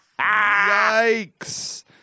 yikes